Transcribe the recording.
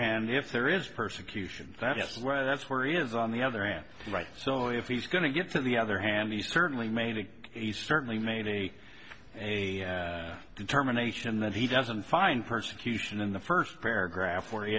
hand if there is persecution that's where that's where he is on the other hand right so if he's going to get to the other hand he certainly made a he certainly made a a determination that he doesn't find persecution in the first paragraph where he